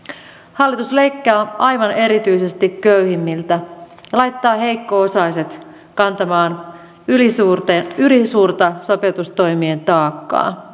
hallitus leikkaa aivan erityisesti köyhimmiltä laittaa heikko osaiset kantamaan ylisuurta sopeutustoimien taakkaa